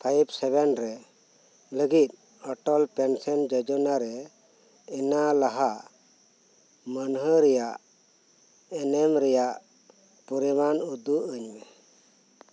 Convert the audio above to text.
five seven ᱨᱮ ᱞᱟᱹᱜᱤᱫ ᱚᱴᱚᱞ ᱯᱮᱱᱥᱮᱱ ᱡᱚᱡᱚᱱᱟᱨᱮ ᱮᱱᱟ ᱞᱟᱦᱟ ᱢᱟᱹᱱᱦᱟᱹ ᱨᱮᱭᱟᱜ ᱮᱱᱮᱢ ᱨᱮᱭᱟᱜ ᱯᱚᱨᱤᱢᱟᱱ ᱩᱫᱩᱜᱟᱹᱧ ᱢᱮ